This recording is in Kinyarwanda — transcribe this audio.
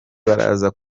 baraza